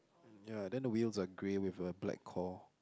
ya then the wheels are grey with a black core